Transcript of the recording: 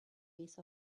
base